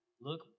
Look